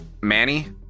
Manny